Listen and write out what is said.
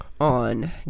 on